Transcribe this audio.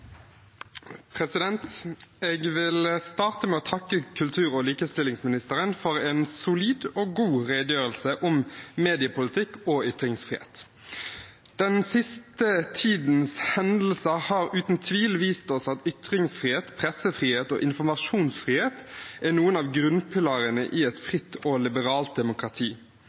Jeg vil starte med å takke kultur- og likestillingsministeren for en solid og god redegjørelse om mediepolitikk og ytringsfrihet. Den siste tidens hendelser har uten tvil vist oss at ytringsfrihet, pressefrihet og informasjonsfrihet er noen av grunnpilarene i et fritt og liberalt demokrati.